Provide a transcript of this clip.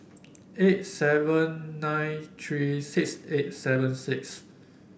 eight seven nine three six eight seven six